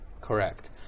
correct